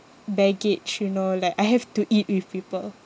baggage you know like I have to eat with people